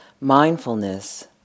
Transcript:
Mindfulness